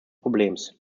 problems